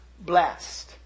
blessed